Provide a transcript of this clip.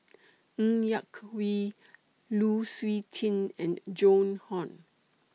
Ng Yak Whee Lu Suitin and Joan Hon